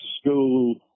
school